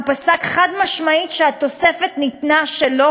הוא פסק חד-משמעית שהתוספת ניתנה שלא